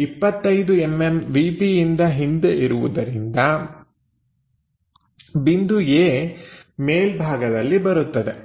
25mm ವಿಪಿಯಿಂದ ಹಿಂದೆ ಇರುವುದರಿಂದ ಬಿಂದು A ಮೇಲ್ಭಾಗದಲ್ಲಿ ಬರುತ್ತದೆ